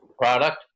product